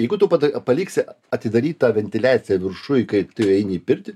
jeigu tu paliksi atidarytą ventiliaciją viršuj kai tu eini į pirtį